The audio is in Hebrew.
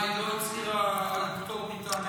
מה, היא לא הצהירה פטור מטעמי דת?